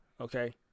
Okay